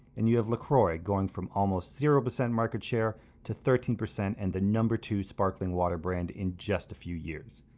and you have lacroix going from almost zero percent market share to thirteen percent and the number two sparkling water brand in just a few years.